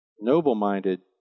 noble-minded